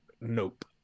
nope